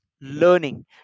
learning